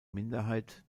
minderheit